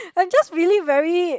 I'm just really very